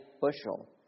bushel